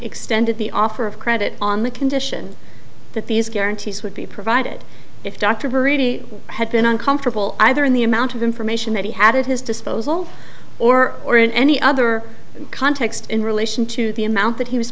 extended the offer of credit on the condition that these guarantees would be provided if dr murray had been uncomfortable either in the amount of information that he had at his disposal or or in any other context in relation to the amount that he was